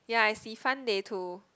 ya I see fun they to